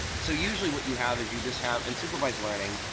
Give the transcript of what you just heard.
so usually what you have is you just have in supervised learning,